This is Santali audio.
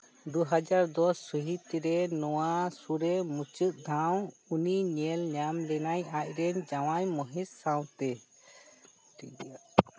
ᱫᱩ ᱦᱟᱡᱟᱨ ᱫᱚᱥ ᱥᱟᱹᱦᱤᱛ ᱨᱮ ᱱᱚᱣᱟ ᱥᱳᱨᱮ ᱢᱩᱪᱟᱹᱫ ᱫᱷᱟᱣ ᱩᱱᱤ ᱧᱮᱞ ᱧᱟᱢ ᱞᱮᱱᱟᱭ ᱟᱡᱨᱮᱱ ᱡᱟᱶᱟᱭ ᱢᱚᱦᱮᱥ ᱥᱟᱶᱛᱮ